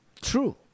true